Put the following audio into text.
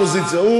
הוא לא אופוזיציה,